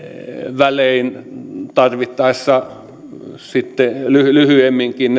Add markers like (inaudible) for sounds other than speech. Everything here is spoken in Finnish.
välein tarvittaessa sitten lyhyemminkin (unintelligible)